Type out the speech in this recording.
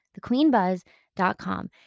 Thequeenbuzz.com